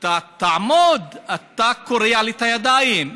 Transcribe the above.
תעמוד, אתה קורע לי את הידיים,